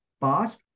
past